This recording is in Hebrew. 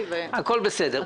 הכול בסדר.